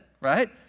right